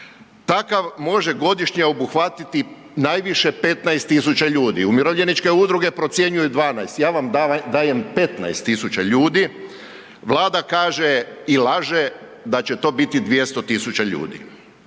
Takav može godišnje obuhvatiti najviše 15.000 ljudi, umirovljeničke udruge procjenjuju 12, ja vam dajem 15.000 ljudi. Vlada kaže i laže da će to biti 200.000 ljudi,